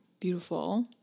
beautiful